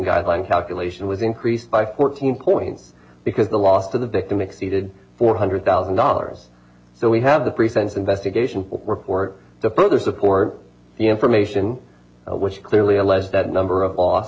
guideline calculation live increased by fourteen points because the loss of the victim exceeded four hundred thousand dollars so we have the present investigation report the further support the information which clearly alleges that number of